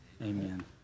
Amen